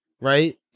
Right